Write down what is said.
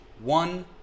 one